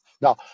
Now